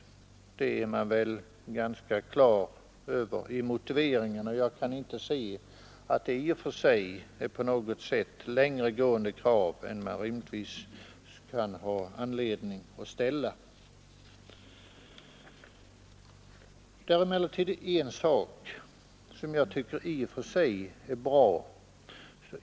Vad det innebär har man ganska klart för sig i motiveringen, och jag kan inte se att detta är längre gående krav än dem man rimligen kan ha anledning att ställa. Det finns en sak som jag tycker är bra.